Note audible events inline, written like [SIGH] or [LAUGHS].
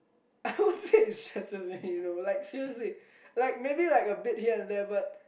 [LAUGHS] I won't say it's you know like seriously like maybe here and there